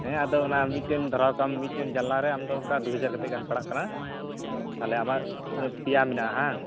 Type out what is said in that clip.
ᱦᱮᱸ ᱟᱫᱚ ᱚᱱᱟ ᱢᱤᱫᱴᱮᱱ ᱫᱷᱚᱨᱟᱣ ᱠᱟᱜ ᱢᱮ ᱢᱤᱫᱴᱮᱱ ᱡᱟᱱᱟᱞᱟ ᱨᱮ ᱟᱢ ᱫᱚ ᱚᱱᱠᱟ ᱫᱩᱦᱟᱡᱨ ᱜᱟᱱ ᱯᱟᱲᱟᱜ ᱠᱟᱱᱟ ᱛᱟᱦᱚᱞᱮ ᱟᱢᱟᱜ ᱛᱤᱱᱟᱹᱜ ᱯᱮᱭᱟ ᱢᱮᱱᱟᱜᱼᱟ ᱦᱮᱸᱵᱟᱝ